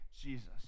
Jesus